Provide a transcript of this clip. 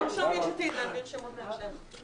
תרשום יש עתיד, נעביר שמות בהמשך.